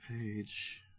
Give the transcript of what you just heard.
page